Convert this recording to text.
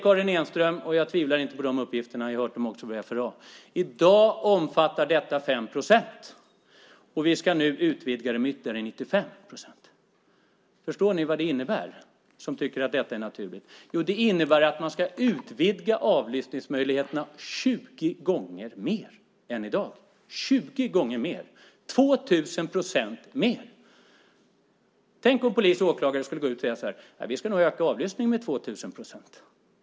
Karin Enström säger att detta i dag omfattar 5 procent och att vi ska utvidga det med ytterligare 95 procent. Jag tvivlar inte på uppgifterna. Jag har också hört dem från FRA. Förstår ni vad det innebär, ni som tycker att det är naturligt? Det innebär att man ska utvidga avlyssningsmöjligheterna 20 gånger. Det är 2 000 procent mer. Tänk om polis och åklagare skulle säga: Vi ska öka avlyssningen med 2 000 procent.